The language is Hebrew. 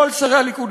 כל שרי הליכוד,